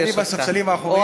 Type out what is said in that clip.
אני בספסלים האחוריים,